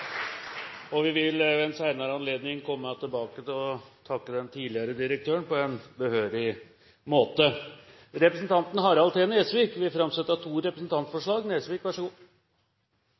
Vi vil ved en senere anledning komme tilbake til å takke den tidligere direktøren på en behørig måte. Representanten Harald T. Nesvik vil framsette to representantforslag.